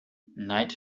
night